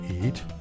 eat